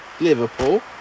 Liverpool